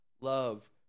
love